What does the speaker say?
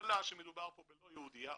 שמדובר פה בלא יהודייה",